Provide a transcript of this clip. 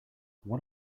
what